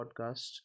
podcast